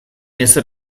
ezer